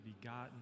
begotten